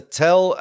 tell